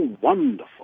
wonderful